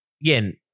again